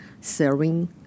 serving